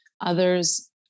others